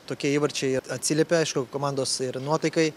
tokie įvarčiai jie atsiliepia aišku komandos ir nuotaikai